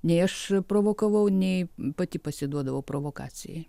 nei aš provokavau nei pati pasiduodavau provokacijai